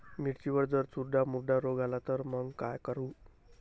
मिर्चीवर जर चुर्डा मुर्डा रोग आला त मंग का करू?